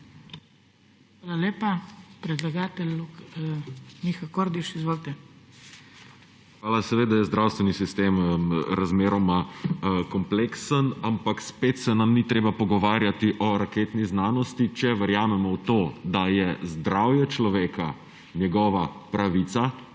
Hvala lepa. Predlagatelj Miha Kordiš, izvolite. MIHA KORDIŠ (PS Levica): Hvala. Seveda je zdravstveni sistem razmeroma kompleksen, ampak spet se nam ni treba pogovarjati o raketni znanosti, če verjamemo v to, da je zdravje človeka njegova pravica,